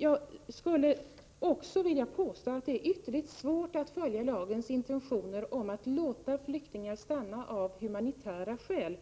Jag skulle vilja påstå att det är ytterligt svårt att finna att man följer lagens intentioner om att låta flyktingar stanna av humanitära skäl